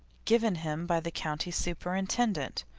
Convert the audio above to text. given him by the county superintendent,